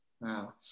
Wow